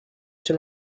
too